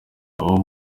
aba